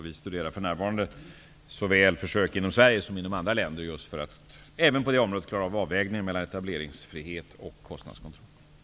Vi studerar för närvarande försök både i Sverige och i andra länder för att även på det området kunna klara av avvägningen mellan etableringsfrihet och kostnadskontroll.